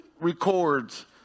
records